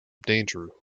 danger